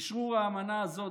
אשרור האמנה הזאת,